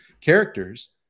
characters